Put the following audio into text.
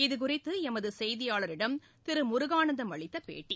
இதுகுறித்து எமது செய்தியாளரிடம் திரு முருகானந்தம் அளித்த பேட்டி